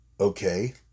okay